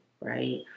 right